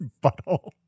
butthole